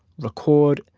record,